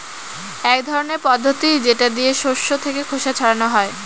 এক ধরনের পদ্ধতি যেটা দিয়ে শস্য থেকে খোসা ছাড়ানো হয়